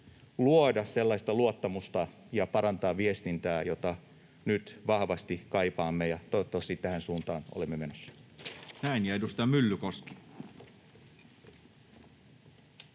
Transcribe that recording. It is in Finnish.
luoda sellaista luottamusta ja parantaa viestintää, jota nyt vahvasti kaipaamme, ja toivottavasti tähän suuntaan olemme menossa. [Speech 88] Speaker: